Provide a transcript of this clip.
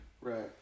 right